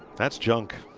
that's junk.